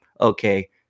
okay